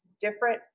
different